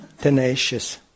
tenacious